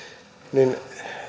niin